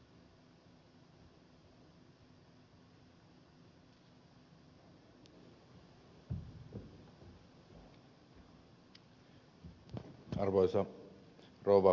arvoisa rouva puhemies